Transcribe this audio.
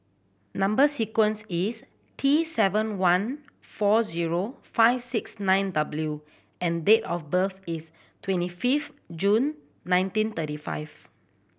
number sequence is T seven one four zero five six nine W and date of birth is twenty fifth June nineteen thirty five